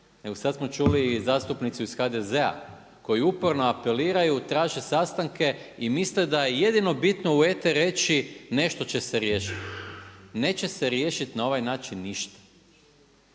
sad smo čuli zastupnicu iz HDZ-a koji uporno apeliraju, traže sastanke i misle da jedino bitno u eter reći nešto će se riješiti. Neće se riješiti na ovaj način ništa.